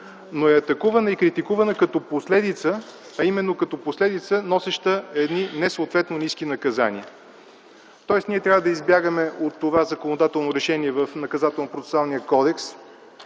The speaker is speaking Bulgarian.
но е атакувана и критикувана като последица, а именно като последица, носеща едни несъответно ниски наказания. Ние трябва да избягаме от това законодателно решение в